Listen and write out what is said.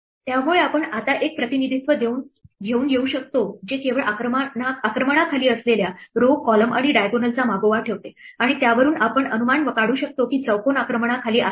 त्यामुळे आपण आता एक प्रतिनिधित्व घेऊन येऊ शकतो जे केवळ आक्रमणाखाली असलेल्या row column आणि diagonal चा मागोवा ठेवते आणि त्यावरून आपण अनुमान काढू शकतो की चौकोन आक्रमणाखाली आहे की नाही